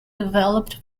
developed